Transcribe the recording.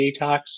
detox